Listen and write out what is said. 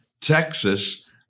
Texas